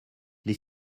les